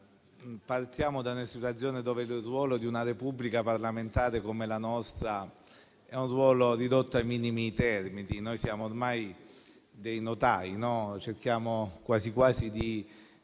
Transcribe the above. partiamo da una situazione in cui il ruolo di una Repubblica parlamentare come la nostra è ridotto ai minimi termini. Noi siamo ormai dei notai. Voi quasi ci